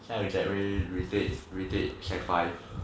笑健伟 retake retake sec five